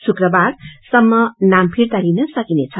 शुक्रबार सम्म नाम फिर्ता लिन सकिनेछ